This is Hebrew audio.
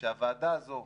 שהוועדה הזו,